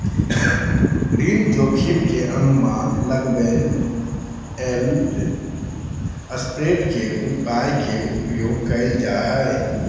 ऋण जोखिम के अनुमान लगबेले यिलड स्प्रेड के उपाय के उपयोग कइल जा हइ